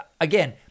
again